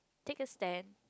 take a stand